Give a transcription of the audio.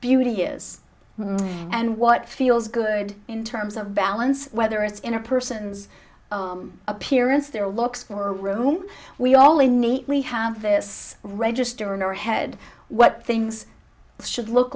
beauty is and what feels good in terms of balance whether it's in a person's appearance their looks for a room we only need we have this register in our head what things should look